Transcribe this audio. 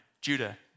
Judah